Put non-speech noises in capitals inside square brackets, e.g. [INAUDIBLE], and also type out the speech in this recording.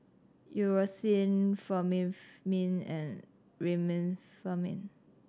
Eucerin [UNINTELLIGIBLE] Remifemin and Remifemin